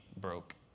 broke